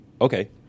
okay